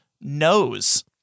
knows